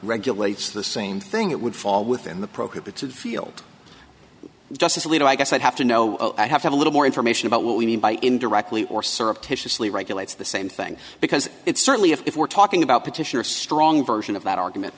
regulates the same thing it would fall within the prohibited field justice alito i guess i'd have to know i have a little more information about what we mean by indirectly or surreptitiously regulates the same thing because it's certainly if we're talking about petitioners strong version of that argument